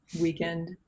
weekend